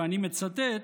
ואני מצטט: